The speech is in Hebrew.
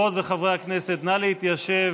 חברות וחברי הכנסת, נא להתיישב,